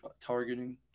targeting